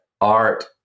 art